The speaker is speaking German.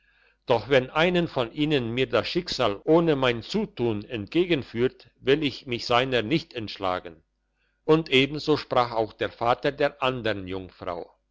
doch wenn einen von ihnen mir das schicksal ohne mein zutun entgegenführt will ich mich seiner nicht entschlagen und ebenso sprach auch der vater der andern jungfrau